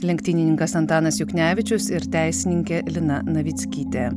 lenktynininkas antanas juknevičius ir teisininkė lina navickytė